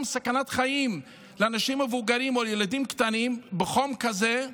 גם סכנת חיים לאנשים מבוגרים או לילדים קטנים בחום כזה.